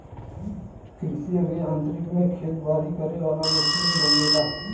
कृषि अभि यांत्रिकी में खेती बारी करे वाला मशीन बनेला